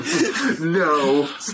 No